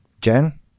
Jen